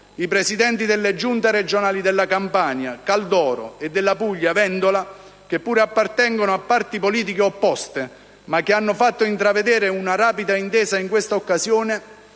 I presidenti delle Giunte regionali della Campania, Caldoro, e della Puglia, Vendola, pur appartenendo a parti politiche opposte, in quest'occasione hanno fatto intravedere una rapida intesa e si sono